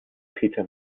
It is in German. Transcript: peter